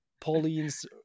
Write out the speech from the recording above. Pauline's